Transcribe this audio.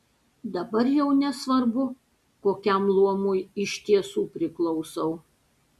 dabar jau nesvarbu kokiam luomui iš tiesų priklausau